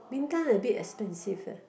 Bintan a bit expensive eh